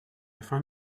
find